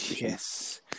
yes